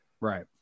Right